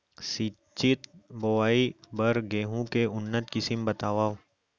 सिंचित बोआई बर गेहूँ के उन्नत किसिम बतावव?